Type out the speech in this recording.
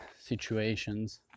situations